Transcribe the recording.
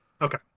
Okay